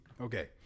okay